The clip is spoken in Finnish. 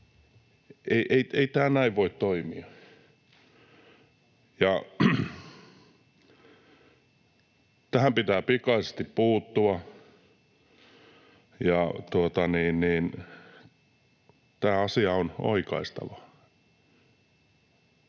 ei tämä näin voi toimia. Tähän pitää pikaisesti puuttua, ja tämä asia on oikaistava.